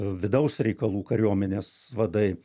vidaus reikalų kariuomenės vadai